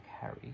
Harry